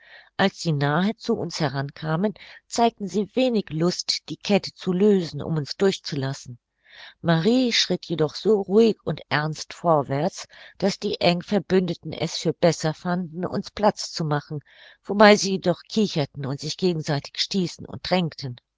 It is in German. als sie nahe zu uns heran kamen zeigten sie wenig lust die kette zu lösen um uns durchzulassen marie schritt jedoch so ruhig und ernst vorwärts daß die eng verbündeten es für besser fanden uns platz zu machen wobei sie jedoch kicherten und sich gegenseitig stießen und drängten